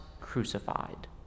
crucified